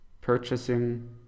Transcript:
purchasing